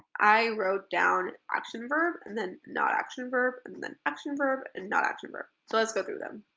i wrote down action verb and then not action verb and then action verb and not action verb. so let's go through them.